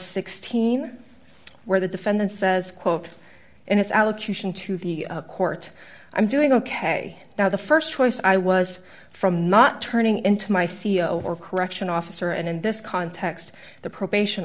sixteen where the defendant says quote in his allocution to the court i'm doing ok now the st choice i was from not turning into my c e o or correction officer and in this context the probation